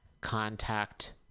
contact